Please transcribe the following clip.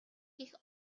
гэх